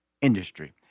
industry